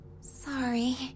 Sorry